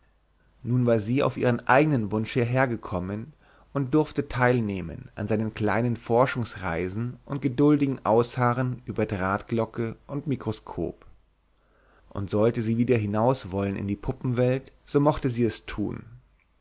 nun war sie auf ihren eigenen wunsch hierher gekommen und durfte teilnehmen an seinen kleinen forschungsreisen und geduldigem ausharren über drahtglocke und mikroskop und sollte sie wieder hinaus wollen in die puppenwelt so mochte sie es tun